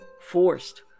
forced